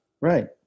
Right